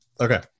Okay